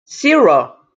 zero